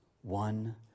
one